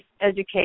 education